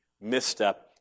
misstep